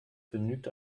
genügt